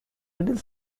middle